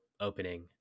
opening